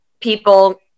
people